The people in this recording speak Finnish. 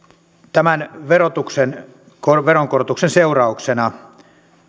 tämän veronkorotuksen seurauksena